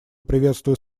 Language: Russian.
приветствую